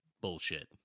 Bullshit